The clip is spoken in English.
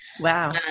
Wow